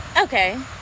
Okay